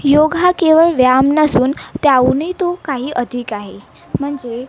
योग हा केवळ व्यायाम नसून त्याहूनही तो काही अधिक आहे म्हणजे